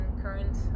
current